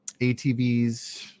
ATVs